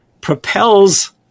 propels